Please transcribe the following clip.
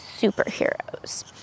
Superheroes